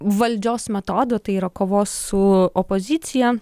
valdžios metodų tai yra kovos su opozicija